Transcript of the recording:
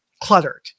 cluttered